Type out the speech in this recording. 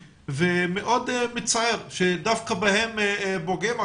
ומאוד מצער שדווקא בהם פוגעים,